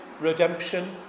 redemption